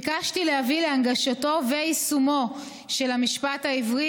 ביקשתי להביא להנגשתו ויישומו של המשפט העברי